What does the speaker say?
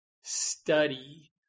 study